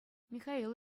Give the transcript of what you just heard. михаил